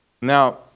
Now